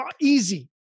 easy